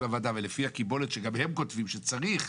הוועדה ולפי הקיבולת שגם הם כותבים שצריך,